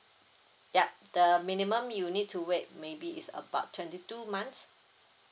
ya the minimum you need to wait maybe is about twenty two months